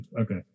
okay